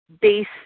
base